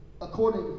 according